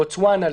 בוצואנה,